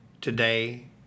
today